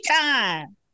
time